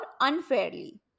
unfairly